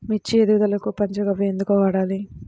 మిర్చి ఎదుగుదలకు పంచ గవ్య ఎందుకు వాడాలి?